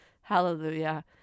hallelujah